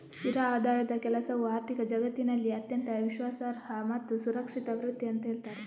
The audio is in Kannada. ಸ್ಥಿರ ಆದಾಯದ ಕೆಲಸವು ಆರ್ಥಿಕ ಜಗತ್ತಿನಲ್ಲಿ ಅತ್ಯಂತ ವಿಶ್ವಾಸಾರ್ಹ ಮತ್ತು ಸುರಕ್ಷಿತ ವೃತ್ತಿ ಅಂತ ಹೇಳ್ತಾರೆ